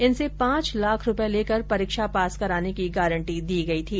इनसे पांच लाख रुपए लेकर परीक्षा पास कराने की गारंटी दी गई थी